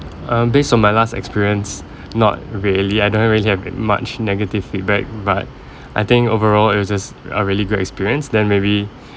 um based on my last experience not really I don't really have much negative feedback but I think overall it was just a really good experience then maybe